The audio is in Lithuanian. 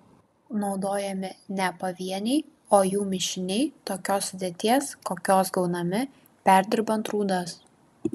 naudojami ne pavieniai o jų mišiniai tokios sudėties kokios gaunami perdirbant rūdas